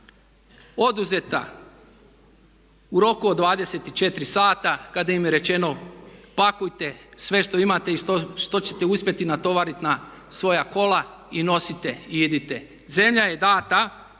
oduzeta u roku od 24 sata kada im je rečeno pakujte sve što imate i što ćete uspjeti natovariti na svoja kola i nosite i idite. Zemlja je dana